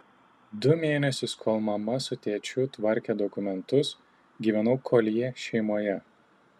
du mėnesius kol mama su tėčiu tvarkė dokumentus gyvenau koljė šeimoje